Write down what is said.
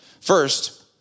First